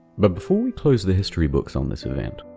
but before we close the history books on this event,